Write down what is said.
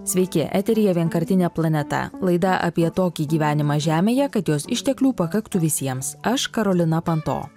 sveiki eteryje vienkartinė planeta laida apie tokį gyvenimą žemėje kad jos išteklių pakaktų visiems aš karolina panto